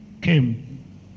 came